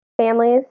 families